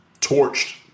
torched